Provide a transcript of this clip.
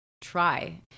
try